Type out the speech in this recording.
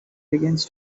begins